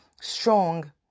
strong